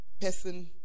person